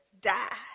Die